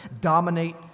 dominate